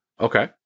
Okay